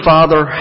Father